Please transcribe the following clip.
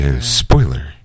Spoiler